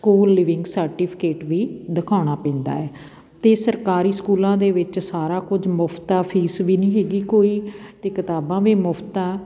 school leaving certificate ਵੀ ਦਿਖਾਉਣਾ ਪੈਂਦਾ ਹੈ ਅਤੇ ਸਰਕਾਰੀ ਸਕੂਲਾਂ ਦੇ ਵਿੱਚ ਸਾਰਾ ਕੁਝ ਮੁਫਤ ਆ ਫੀਸ ਵੀ ਨਹੀਂ ਹੈਗੀ ਕੋਈ ਅਤੇ ਕਿਤਾਬਾਂ ਵੀ ਮੁਫਤ ਆ